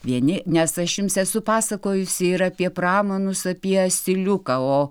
vieni nes aš jums esu pasakojusi ir apie pramanus apie asiliuką o